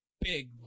big